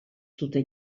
dute